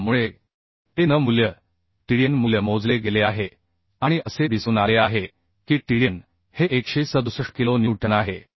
त्यामुळे AN मूल्य TDN मूल्य मोजले गेले आहे आणि असे दिसून आले आहे की TDN हे 167 किलो न्यूटन आहे